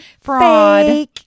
fraud